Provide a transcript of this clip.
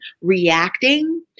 reacting